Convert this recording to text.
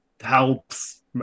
helps